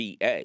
PA